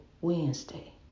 Wednesday